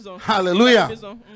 hallelujah